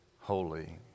holy